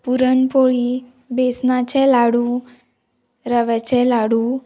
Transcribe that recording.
पुरणपोळी बेसनाचे लाडू रव्याचे लाडू